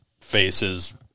faces